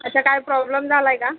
अच्छा काय प्रॉब्लेम झाला आहे का